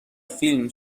فیلم